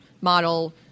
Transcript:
model